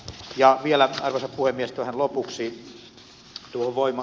ja vielä arvoisa puhemies tähän lopuksi